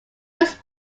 was